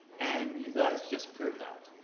and you guys just proved that.